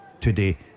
Today